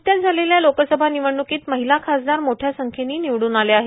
न्कत्याच झालेल्या लोकसभा निवडण्कीत महिला खासदार मोठया संख्येनी निवडून आल्या आहेत